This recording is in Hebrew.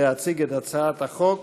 להציג את הצעת החוק